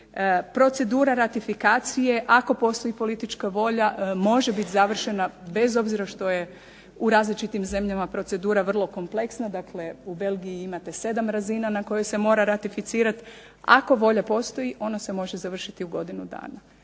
Procedura ratifikacije ako postoji politička volja može biti završena bez obzira što je u različitim zemljama procedura vrlo kompleksna. Dakle, u Belgiji imate 7 razina na kojoj se mora ratificirati. Ako volja postoji ona se može završiti u godinu dana.